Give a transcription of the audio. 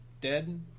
dead